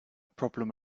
problem